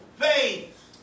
Faith